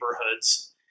neighborhoods